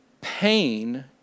pain